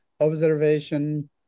observation